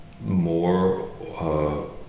more